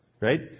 right